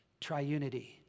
triunity